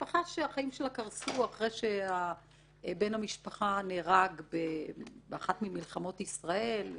זו משפחה שהחיים שלה קרסו אחרי שבן המשפחה נהרג באחת ממלחמות ישראל.